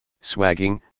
swagging